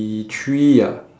eh three ah